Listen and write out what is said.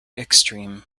extreme